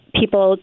people